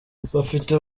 bafite